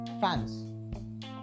fans